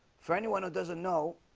for anyone who doesn't know?